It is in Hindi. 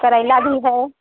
करेला भी है